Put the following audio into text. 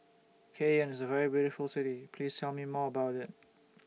Cayenne IS A very beautiful City Please Tell Me More about IT